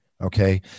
Okay